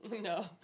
no